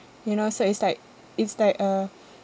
you know so it's like it's like a